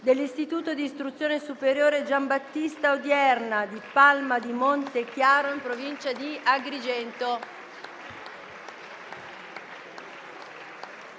dell'Istituto d'istruzione superiore «Giovan Battista Odierna» di Palma di Montechiaro, in provincia di Agrigento.